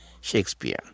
Shakespeare